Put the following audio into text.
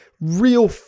real